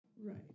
Right